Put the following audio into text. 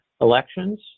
elections